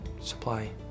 supply